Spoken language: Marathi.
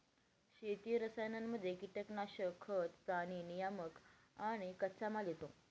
शेती रसायनांमध्ये कीटनाशक, खतं, प्राणी नियामक आणि कच्चामाल येतो